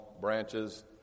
branches